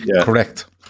correct